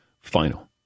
final